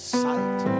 sight